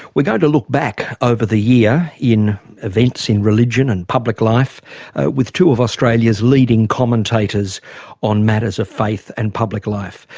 we are going to look back over the year in events in religion and public life with two of australia's leading commentators on matters of faith and public life.